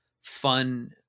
fun